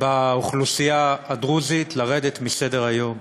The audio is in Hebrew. לאוכלוסייה הדרוזית, לרדת מסדר-היום.